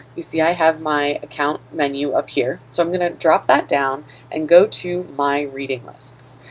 you see i have my account menu up here so i'm gonna drop that down and go to my reading lists.